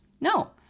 No